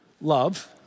love